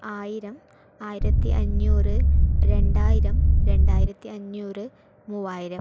ആയിരം ആയിരത്തി അഞ്ഞൂറ് രണ്ടായിരം രണ്ടായിരത്തി അഞ്ഞൂറ് മൂവായിരം